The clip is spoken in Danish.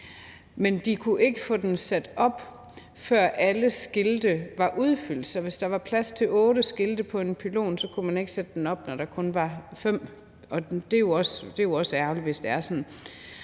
men de kunne ikke få den sat op, før alle skilte var udfyldt. Så hvis der var plads til otte skilte på en pylon, kunne man ikke sætte den op, når der kun var fem. Det er jo også ærgerligt, hvis det er sådan.